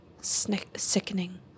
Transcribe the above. sickening